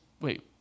wait